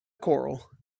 corral